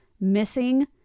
missing